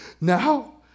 Now